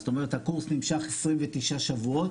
זאת אומרת הקורס נמשך 29 שבועות,